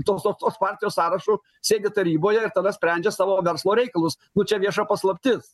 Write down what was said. tos tos tos partijos sąrašu sėdi taryboje ir tada sprendžia savo verslo reikalus nu čia vieša paslaptis